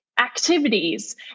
activities